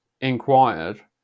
inquired